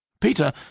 Peter